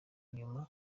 inyuma